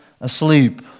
asleep